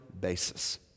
basis